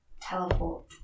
teleport